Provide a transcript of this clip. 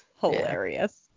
hilarious